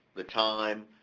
the time,